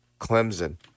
Clemson